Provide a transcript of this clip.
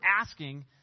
asking